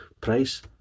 price